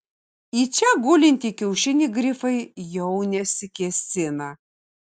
į čia gulintį kiaušinį grifai jau nesikėsina